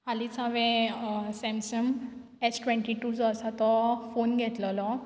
हालींच हांवें Samsung S twenty two जो आसा तो फोन घेतलेलो